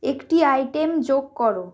একটি আইটেম যোগ করো